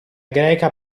greca